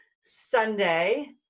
Sunday